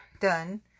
done